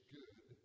good